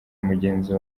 mugenzi